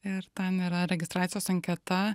ir ten yra registracijos anketa